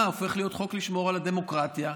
הופך להיות חוק לשמור על הדמוקרטיה?